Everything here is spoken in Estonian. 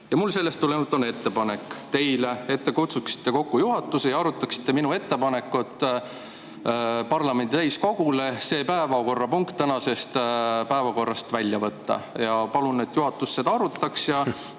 Mul on sellest tulenevalt teile ettepanek, et te kutsuksite kokku juhatuse ja arutaksite minu ettepanekut parlamendi täiskogule see päevakorrapunkt tänasest päevakorrast välja võtta. Palun, et juhatus seda arutaks.